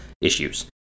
issues